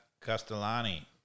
Castellani